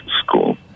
school